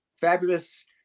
fabulous